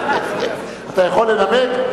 אתה יכול לנמק?